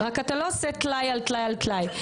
רק אתה לא עושה טלאי על טלאי על טלאי.